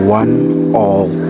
one-all